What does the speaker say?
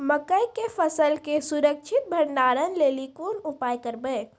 मकई के फसल के सुरक्षित भंडारण लेली कोंन उपाय करबै?